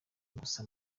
gusa